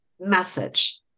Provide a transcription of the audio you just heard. message